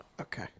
Okay